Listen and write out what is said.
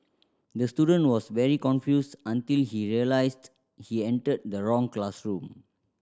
the student was very confused until he realised he entered the wrong classroom